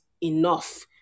enough